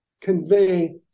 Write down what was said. convey